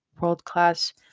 world-class